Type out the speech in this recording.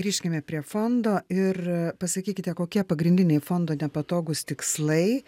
grįžkime prie fondo ir pasakykite kokie pagrindiniai fondo nepatogūs tikslai